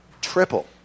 triple